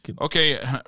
Okay